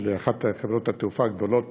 אחת מחברות התעופה הגדולות